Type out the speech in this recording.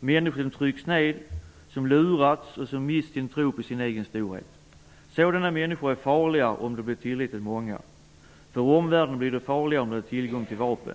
människor som tryckts ned, som lurats och som mist sin tro på sin egen storhet. Sådana människor är farliga om de blir tillräckligt många. För omvärlden blir de farliga om de har tillgång till vapen.